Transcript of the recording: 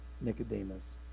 Nicodemus